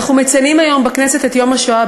אנחנו מציינים היום בכנסת את יום השואה